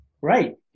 right